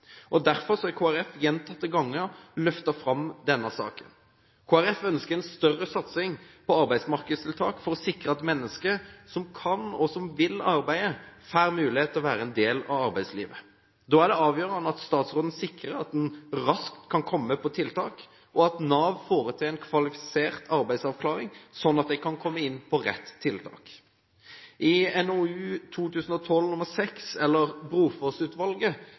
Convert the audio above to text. Derfor har Kristelig Folkeparti gjentatte ganger løftet fram denne saken. Kristelig Folkeparti ønsker en større satsing på arbeidsmarkedstiltak for å sikre at mennesker som kan, og som vil arbeide, får mulighet til å være en del av arbeidslivet. Da er det avgjørende at statsråden sikrer at man raskt kan komme på tiltak, og at Nav foretar en kvalifisert arbeidsavklaring, slik at de kan komme inn på rett tiltak. I NOU 2012: